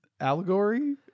allegory